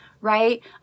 right